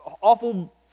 awful